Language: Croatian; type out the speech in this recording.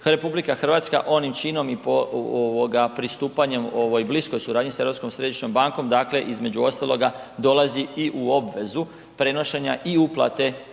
RH onim činom i pristupanjem ovoj bliskoj suradnji sa Europskom središnjom bankom između ostaloga dolazi i u obvezu prenošenja i uplate